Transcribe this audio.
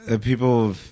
people